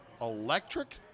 Electric